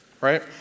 right